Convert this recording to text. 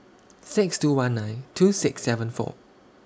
six two one nine two six seven four